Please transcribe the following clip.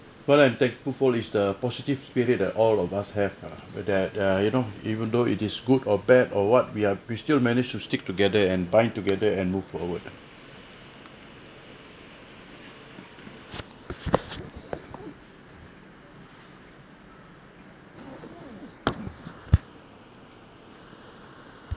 what I'm thankful for is the positive spirit ah all of us have ah that uh you know even though it is good or bad or what we are we still managed to stick together and bind together and move forward ah